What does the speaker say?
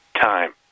time